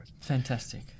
fantastic